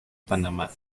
panamá